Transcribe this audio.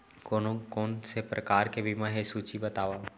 कोन कोन से प्रकार के बीमा हे सूची बतावव?